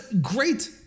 great